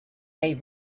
they